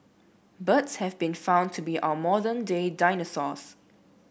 birds have been found to be our modern day dinosaurs